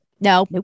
no